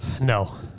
No